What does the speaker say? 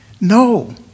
No